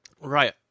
Right